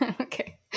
okay